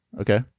Okay